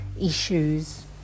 issues